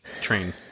train